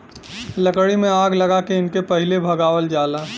लकड़ी में आग लगा के इनके पहिले भगावल जाला